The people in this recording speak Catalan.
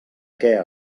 què